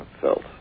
felt